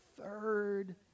third